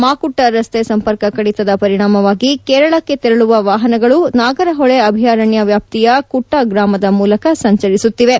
ಮಾಕುಟ್ಟ ರಸ್ತೆ ಸಂಪರ್ಕ ಕದಿತದ ಪರಿಣಾಮವಾಗಿ ಕೇರಳಕ್ಕೆ ತೆರಳುವ ವಾಹನಗಳು ನಾಗರಹೊಳೆ ಅಭಯಾರಣ್ಯ ವ್ಯಾಪ್ತಿಯ ಕುಟ್ಟ ಗ್ರಾಮದ ಮೂಲಕ ಸಂಚರಿಸುತ್ತಿವೆ